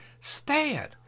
stand